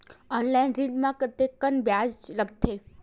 Online ऋण म कतेकन ब्याज लगथे?